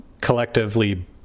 collectively